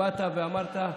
באת ואמרת,